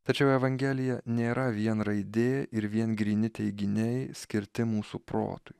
tačiau evangelija nėra vien raidė ir vien gryni teiginiai skirti mūsų protui